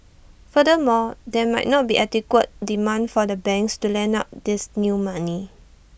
furthermore there might not be adequate demand for the banks to lend out this new money